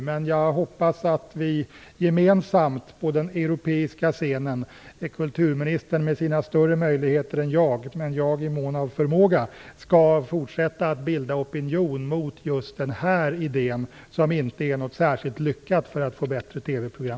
Men jag hoppas att vi, kulturministern som har större resurser än jag och jag i mån av förmåga, gemensamt på den europeiska scenen fortsätter att bilda opinion mot just den här idén, som inte är särskilt lyckad, för att få bättre TV-program.